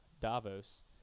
Davos